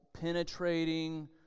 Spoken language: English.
penetrating